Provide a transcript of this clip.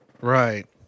Right